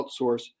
outsource